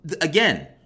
again